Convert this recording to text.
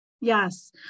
Yes